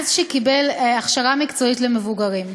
ההכשרה המקצועית למבוגרים,